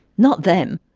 not them.